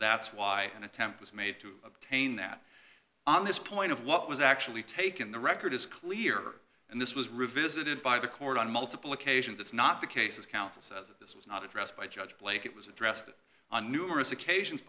that's why an attempt was made to obtain that on this point of what was actually taken the record is clear and this was revisited by the court on multiple occasions that's not the case as counsel says this was not addressed by judge blake it was addressed on numerous occasions